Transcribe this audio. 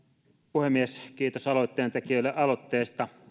puhemies kiitos aloitteen tekijöille aloitteesta